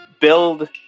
build